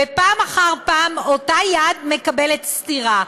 ופעם אחר פעם אותה יד מקבלת סטירה,